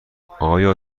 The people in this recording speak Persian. آیا